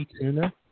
tuna